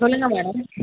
சொல்லுங்க மேடம்